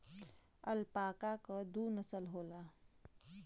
alpaca क दू नसल होला